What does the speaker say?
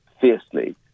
fiercely